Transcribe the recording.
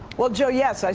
well, joe, yes.